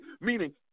meaning